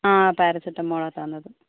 ആ പാരസിറ്റാമോളാണ് തന്നത്